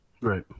Right